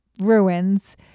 ruins